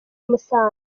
musanze